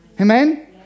Amen